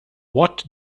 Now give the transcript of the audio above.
what